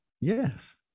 Yes